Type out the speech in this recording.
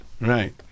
right